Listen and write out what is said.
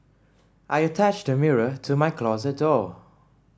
I attached a mirror to my closet door